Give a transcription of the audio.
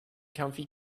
comfy